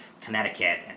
Connecticut